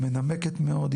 היא מנמקת מאוד,